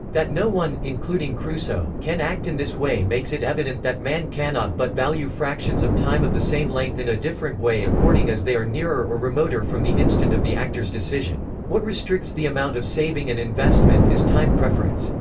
that no one, including crusoe, can act in this way makes it evident that man cannot but value fractions of time of the same length in a different way according as they are nearer or remoter from the instant of the actor's decision. what restricts the amount of saving and investment is time preference.